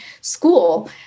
school